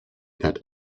that